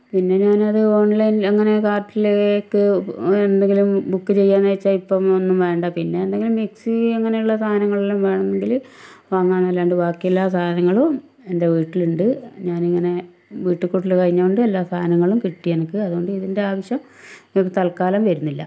പിന്നെ ഞാൻ അത് ഓൺലൈൻ അങ്ങനെ കാർട്ടിലേക്ക് എന്തെങ്കിലും ബുക്ക് ചെയ്യാമെന്ന് വച്ചാൽ ഇപ്പം ഒന്നും വേണ്ട പിന്നെ എന്തെങ്കിലും മിക്സി അങ്ങനെയുള്ള സാനങ്ങളെല്ലം വേണമെങ്കിൽ വാങ്ങാമെന്നല്ലാണ്ട് ബാക്കി എല്ലാ സാധനങ്ങളും എൻ്റെ വീട്ടിലുണ്ട് ഞാൻ ഇങ്ങനെ വീട്ടുക്കൂടൽ കഴിഞ്ഞതുകൊണ്ട് എല്ലാ സാധനങ്ങളും കിട്ടി എനിക്ക് അതുകൊണ്ട് ഇതിൻ്റെ ആവശ്യം ഇനിയിപ്പോൾ തത്കാലം വരുന്നില്ല